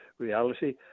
Reality